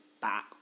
back